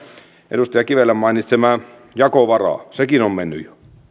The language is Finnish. edustaja kivelän mainitsemaa jakovaraa sekin on mennyt jo